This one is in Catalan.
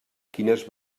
quines